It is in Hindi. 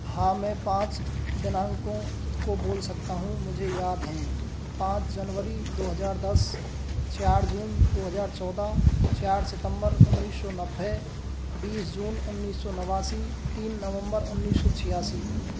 हाँ मैं पाँच दिनांकों को बोल सकता हूँ मुझे याद हैं पाँच जनवरी दो हजार दस चार जून दो हजार चौदह चार सितम्बर उन्नीस सौ नब्बे बीस जून उन्नीस सौ नवासी तीन नवम्बर उन्नीस सौ छियासी